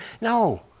No